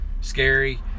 scary